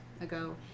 ago